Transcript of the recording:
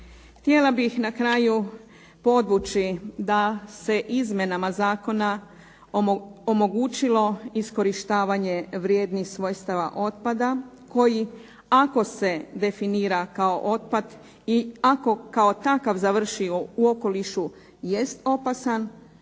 Htjela bih na kraju podvući da se izmjenama zakona omogućilo iskorištavanje vrijednih svojstava otpada koji ako se definira kao otpad i ako kao takav završi u okolišu jest opasan,